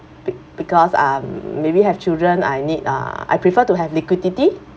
be~ because um maybe we have children I need uh I prefer to have liquidity